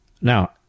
Now